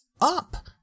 up